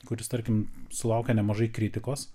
kuris tarkim sulaukia nemažai kritikos